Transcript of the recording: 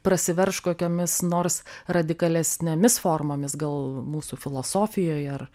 prasiverš kokiomis nors radikalesnėmis formomis gal mūsų filosofijoj ar